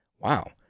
Wow